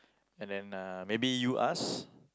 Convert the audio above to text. and then uh maybe you ask